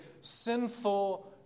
sinful